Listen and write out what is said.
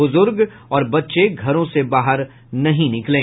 बुजुर्ग और बच्चे घरों से बाहर नहीं निकलें